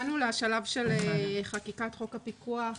חוק הפיקוח,